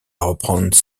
reprendre